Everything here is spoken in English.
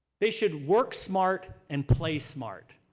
they should work smart and play smart.